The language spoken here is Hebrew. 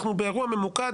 אנחנו באירוע ממוקד,